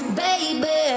baby